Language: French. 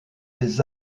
des